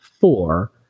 Four